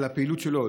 לפעילות שלו,